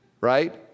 right